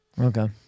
Okay